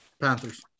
Panthers